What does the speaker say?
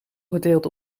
gedeeld